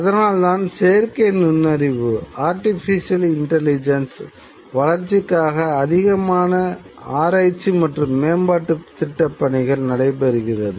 அதனால்தான் செயற்கை நுண்ணறிவு வளர்ச்சிக்காக அதிகமான ஆராய்ச்சி மற்றும் மேம்பாட்டு திட்டப்பணிகள் நடைப்பெறுகிறது